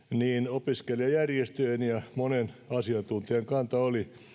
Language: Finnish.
opiskelijajärjestöjen ja monen asiantuntijan kanta oli